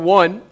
one